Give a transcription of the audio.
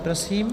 Prosím.